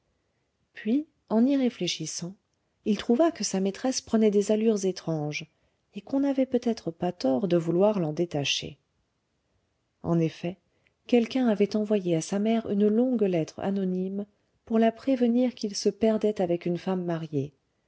puis en y réfléchissant il trouva que sa maîtresse prenait des allures étranges et qu'on n'avait peut-être pas tort de vouloir l'en détacher en effet quelqu'un avait envoyé à sa mère une longue lettre anonyme pour la prévenir qu'il se perdait avec une femme mariée